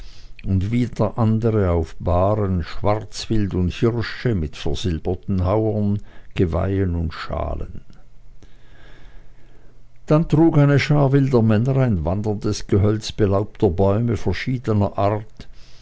und wieder andere auf bahren schwarzwild und hirsche mit versilberten hauern geweihen und schalen dann trug eine schar wilder männer ein wanderndes gehölz belaubter bäume verschiedener art